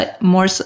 More